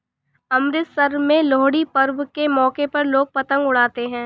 अमृतसर में लोहड़ी पर्व के मौके पर लोग पतंग उड़ाते है